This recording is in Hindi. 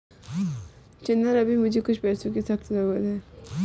चंदन अभी मुझे कुछ पैसों की सख्त जरूरत है